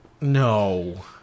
No